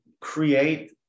create